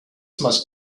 must